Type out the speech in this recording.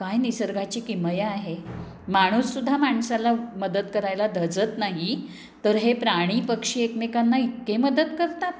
काय निसर्गाची किमया आहे माणूससुद्धा माणसाला मदत करायला धजत नाही तर हे प्राणी पक्षी एकमेकांना इतके मदत करतात